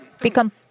become